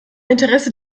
interesse